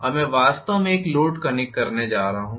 अब मैं वास्तव में एक लोड कनेक्ट करने जा रहा हूं